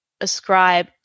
ascribe